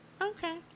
okay